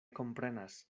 komprenas